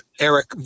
Eric